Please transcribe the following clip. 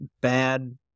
bad